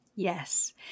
Yes